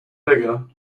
bigger